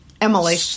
Emily